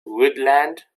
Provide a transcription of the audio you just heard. woodland